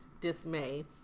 dismay